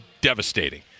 devastating